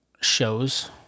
shows